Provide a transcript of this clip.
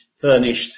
furnished